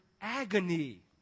agony